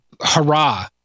hurrah